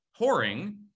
whoring